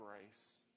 grace